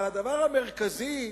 אבל הדבר המרכזי,